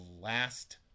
last